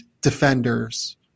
defenders